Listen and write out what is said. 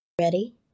Ready